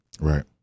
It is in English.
Right